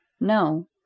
No